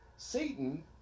Satan